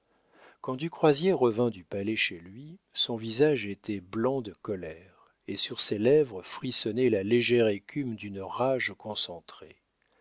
quand du croisier revint du palais chez lui son visage était blanc de colère et sur ses lèvres frissonnait la légère écume d'une rage concentrée